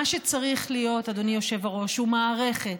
מה שצריך להיות, אדוני היושב-ראש, הוא מערכת